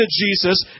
Jesus